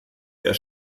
eher